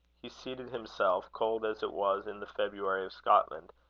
he seated himself, cold as it was in the february of scotland,